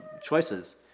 choices